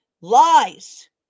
lies